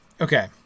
Okay